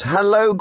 Hello